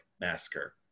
massacre